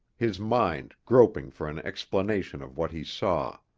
his mind groping for an explanation of what he saw.